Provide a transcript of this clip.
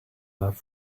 love